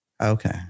Okay